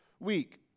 Week